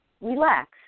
Relax